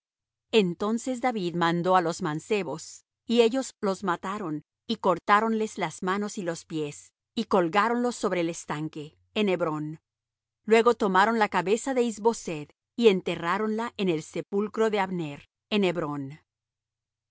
entonces david mandó á los mancebos y ellos los mataron y cortáronles las manos y los pies y colgáronlos sobre el estanque en hebrón luego tomaron la cabeza de is boseth y enterráronla en el sepulcro de abner en hebrón